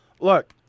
look